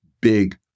big